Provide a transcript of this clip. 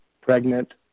pregnant